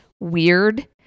weird